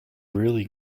really